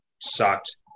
sucked